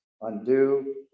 undo